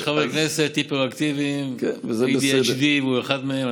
יש חברי כנסת היפראקטיביים, ADHD, והוא אחד מהם.